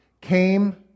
came